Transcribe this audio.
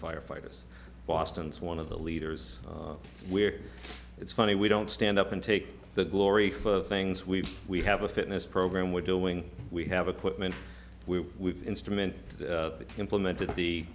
firefighters boston's one of the leaders where it's funny we don't stand up and take the glory for things we we have a fitness program we're doing we have a quick when we instrument implemented the